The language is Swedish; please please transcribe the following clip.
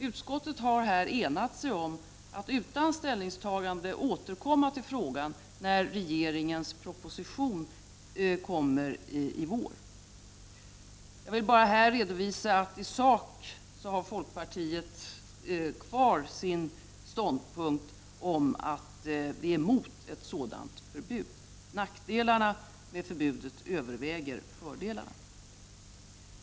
Utskottet har enat sig om att utan ställningstagande återkomma till frågan när regeringens proposition framläggs i vår. Jag vill här bara redovisa att folkpartiet i sak har kvar sin ståndpunkt emot ett sådant förbud. Nackdelarna med förbudet överväger fördelarna.